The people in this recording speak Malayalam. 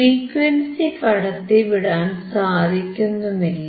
ഫ്രീക്വൻസി കടത്തിവിടാൻ സാധിക്കുന്നുമില്ല